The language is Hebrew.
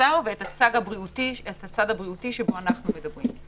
האוצר ואת הצד הבריאותי שבו אנו מדברים.